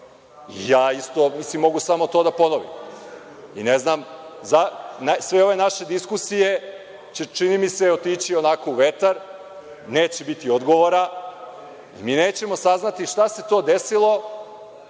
Ja isto mogu samo to da ponovim. Ne znam, sve ove naše diskusije će, čini mi se, otići onako u vetar, neće biti odgovora i mi nećemo saznati šta se to desilo,